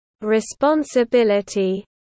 responsibility